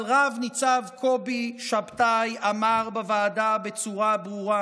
אבל רב-ניצב קובי שבתאי אמר בוועדה בצורה ברורה